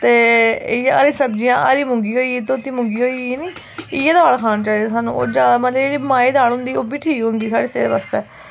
ते इ'यै हरी सब्जियां हरी मुंगी होई धोती मुंगी होई इ'यै दाल खानी चाहिदी सानू होर मतलब कि माहें दी दाल होंदी ओह् बी ठीक होंदी साढ़े सेह्त आस्तै